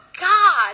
God